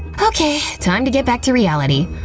okay, time to get back to reality.